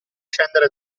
scendere